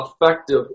effective